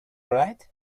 right